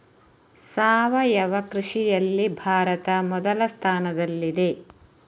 ಸಾವಯವ ಕೃಷಿಯಲ್ಲಿ ಭಾರತ ಮೊದಲ ಸ್ಥಾನದಲ್ಲಿದೆ